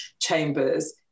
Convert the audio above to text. chambers